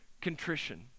contrition